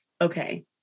okay